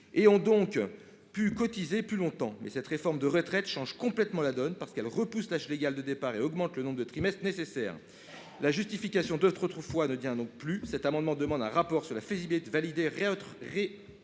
tôt pouvaient cotiser plus longtemps. Toutefois, cette réforme des retraites change complètement la donne, parce qu'elle repousse l'âge légal de départ et augmente le nombre de trimestres nécessaires. La justification que je viens d'évoquer ne tient donc plus. Cet amendement demande un rapport sur la faisabilité d'une validation